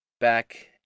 back